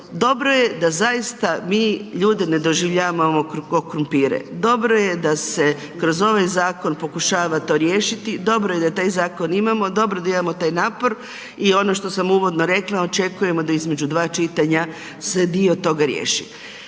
dobro je da zaista mi ljude ne doživljavamo ko krumpire. Dobro je da se kroz ovaj zakon pokušava to riješiti, dobro je da taj zakon imamo, dobro da imamo taj napor i ono što sam uvodno rekla, očekujemo da između dva čitanja se dio toga riješi.